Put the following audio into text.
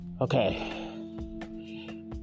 Okay